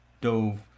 dove